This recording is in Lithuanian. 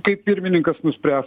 kaip pirmininkas nuspręs